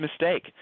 mistake